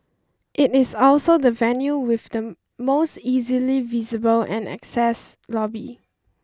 it is also the venue with the most easily visible and access lobby